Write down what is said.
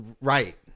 right